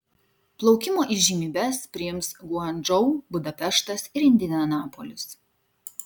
plaukimo įžymybes priims guangdžou budapeštas ir indianapolis